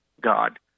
God